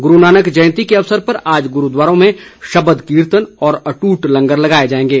गुरू नानक जयंती के अवसर पर आज गुरूद्वारों में शबद कीर्तन और अट्ट लंगर लगाए जाएंगे